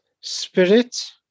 spirit